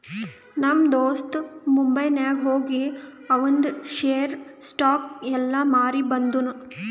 ನಮ್ ದೋಸ್ತ ಮುಂಬೈನಾಗ್ ಹೋಗಿ ಆವಂದ್ ಶೇರ್, ಸ್ಟಾಕ್ಸ್ ಎಲ್ಲಾ ಮಾರಿ ಬಂದುನ್